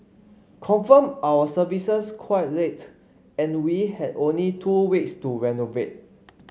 confirmed our services quite late and we had only two weeks to renovate